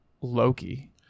loki